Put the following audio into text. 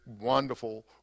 wonderful